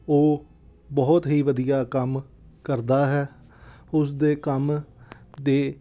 ਉਹ ਬਹੁਤ ਹੀ ਵਧੀਆ ਕੰਮ ਕਰਦਾ ਹੈ ਉਸਦੇ ਕੰਮ ਦੇ